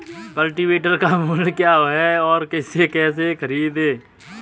Cultivator का मूल्य क्या है और इसे कैसे खरीदें?